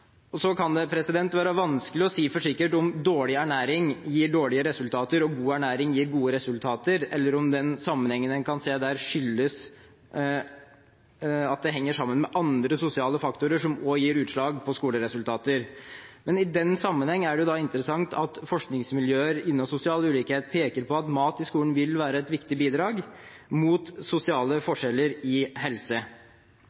Så kan det være vanskelig å si for sikkert om dårlig ernæring gir dårlige resultater og god ernæring gir gode resultater, eller om dette henger sammen med andre sosiale faktorer som også gir utslag på skoleresultater. I den sammenhengen er det interessant at forskningsmiljøer innen sosial ulikhet peker på at mat i skolen vil være et viktig bidrag mot sosiale forskjeller i helse.